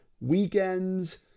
weekends